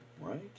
right